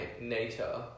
nature